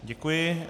Děkuji.